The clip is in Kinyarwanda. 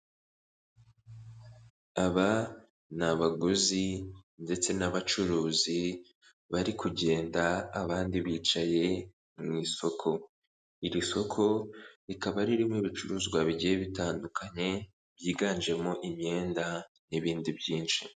Aba n'abaguzi ndetse n'abacuruzi bari kugenda abandi bicaye mu isoko, iri soko rikaba ririmo ibicuruzwa bigiye bitandukanye, byiganjemo imyenda n'ibindi byinshi.